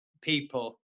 people